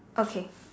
okay